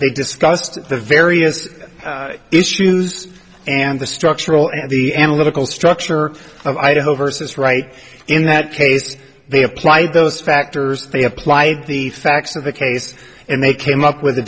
they discussed the various issues and the structural and the analytical structure of idaho versus right in that case they applied those factors they applied the facts of the case and they came up with a